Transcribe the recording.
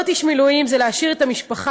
להיות איש מילואים זה להשאיר את המשפחה